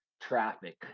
traffic